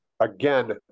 Again